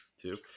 Two